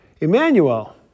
Emmanuel